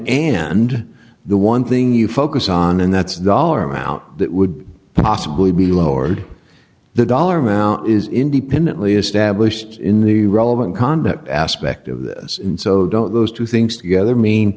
and the one thing you focus on and that's dollar amount that would possibly be lowered the dollar amount is independently established in the relevant conduct aspect of this and so don't those two things together mean